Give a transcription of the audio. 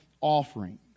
offering